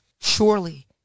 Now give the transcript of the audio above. surely